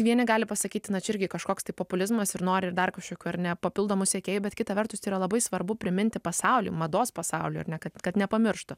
vieni gali pasakyti na čia irgi kažkoks tai populizmas ir nori ir dar kažką ko ir ne papildomų sekėjų bet kita vertus tai yra labai svarbu priminti pasauliui mados pasauliui ar ne kad kad nepamirštų